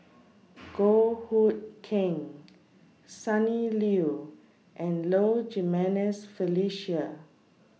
Goh Hood Keng Sonny Liew and Low Jimenez Felicia